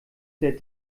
der